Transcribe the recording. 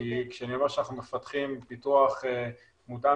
כי כשאני אומר שאנחנו מפתחים פיתוח מותאם